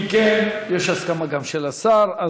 אם כן, יש הסכמה גם של השר.